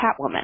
Catwoman